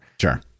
Sure